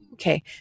Okay